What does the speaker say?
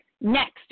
next